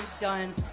done